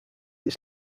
its